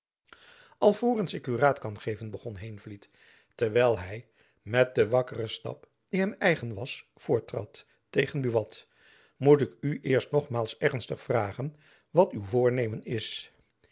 ik u raad kan geven begon heenvliet terwijl hy met den wakkeren stap die hem eigen was voorttrad tegen buat moet ik u eerst nogmaals ernstig vragen wat uw voornemen is